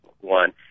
one